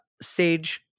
Sage